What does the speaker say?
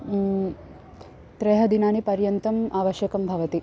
त्रयः दिनानि पर्यन्तम् आवश्यकं भवति